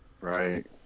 Right